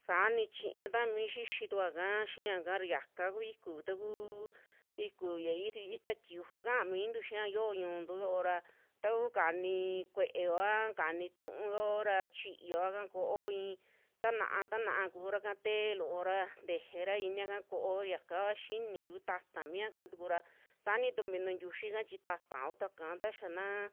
Saani chiña tami xixitukua xiya kaa ra, yaka kuu iku takuu iku ya i- itaa tiuju kaa mintu xia yo'o ñu'untu yoora tau kani i'i kue'eo, a kani tu'uo ra chiyova kaa ko'o i'i tana'a, tana'a kuraka té loora tejera inia kaa ko'o yakava xinii taata miñaka tukura, saano tu mini tiuyika chi taata kutuva ika taxa naa